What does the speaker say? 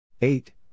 Eight